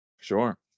Sure